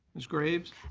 ms. graves.